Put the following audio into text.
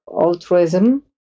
altruism